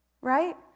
Right